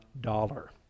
dollar